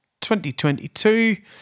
2022